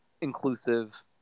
inclusive